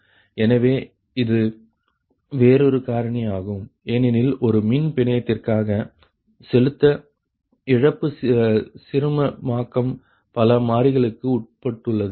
எனவே இது வேறொரு காரணி ஆகும் ஏனெனில் ஒரு மின் பிணையத்திற்காக செலுத்த இழப்பு சிறுமமாக்கம் பல மாறிலிகளுக்கு உட்பட்டுள்ளது